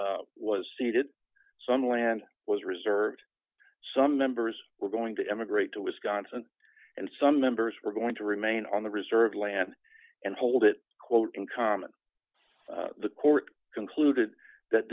was seeded some land was reserved some members were going to emigrate to wisconsin and some members were going to remain on the reserve land and hold it quote in common the court concluded that